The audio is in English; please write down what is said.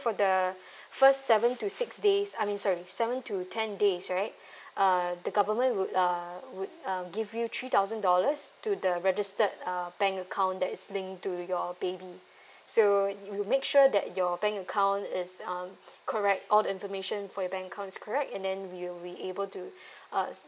for the first seven to six days I mean sorry seven to ten days right uh the government would uh would um give you three thousand dollars to the registered uh bank account that is linked to your baby so you make sure that your bank account it's um correct all the information for the bank account is correct and then we will be able to uh